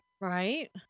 Right